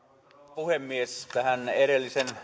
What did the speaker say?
puhemies tähän edellisen